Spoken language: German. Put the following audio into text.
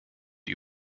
die